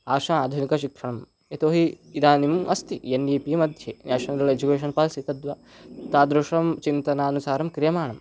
आर्ष आधुनिकशिक्षणं यतो हि इदानीम् अस्ति एन् ई पि मध्ये न्याशनल् एजुकेशनल् पालिसि तद् वा तादृशं चिन्तनानुसारं क्रियमाणं